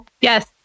Yes